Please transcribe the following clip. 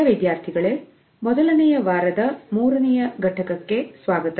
ಪ್ರಿಯ ವಿದ್ಯಾರ್ಥಿಗಳೇ ಮೊದಲನೆಯ ವಾರದ ಮೂರನೆಯ ಘಟಕಕ್ಕೆ ಸ್ವಾಗತ